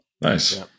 Nice